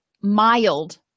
mild